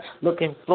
Looking